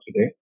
today